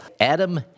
Adam